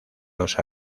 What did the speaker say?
los